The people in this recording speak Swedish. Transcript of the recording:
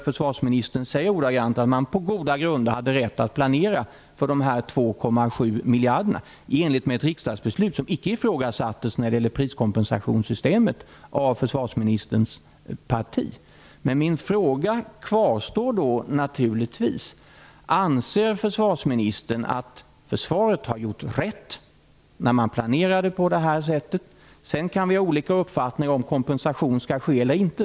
Försvarsministern säger ordagrant att man på goda grunder hade rätt att planera för de 2,7 miljarderna i enlighet med ett riksdagsbeslut som icke ifrågasattes av försvarsministerns parti när det gäller priskompensationssystemet. Men min fråga kvarstår då naturligtvis: Anser försvarsministern att Försvaret gjorde rätt när man planerade på det här sättet? Sedan kan vi ha olika uppfattningar om huruvida kompensation skall ske eller inte.